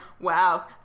wow